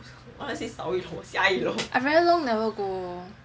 I very long never go